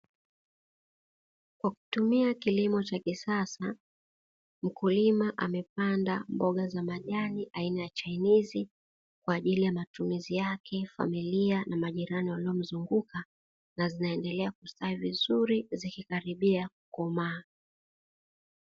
Kwa kutumia kilimo cha kisasa, mkulima amepanda mboga za majani aina ya chainizi kwa ajili ya matumizi yake, familia na majirani wanaomzunguka na zinaendelea kustawi vizuri zikikaribia kukomaa.